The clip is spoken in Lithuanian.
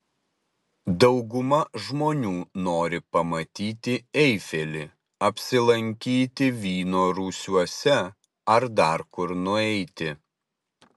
dauguma žmonių nori pamatyti eifelį apsilankyti vyno rūsiuose ar dar kur nueiti